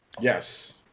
Yes